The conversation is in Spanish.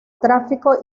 tráfico